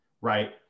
right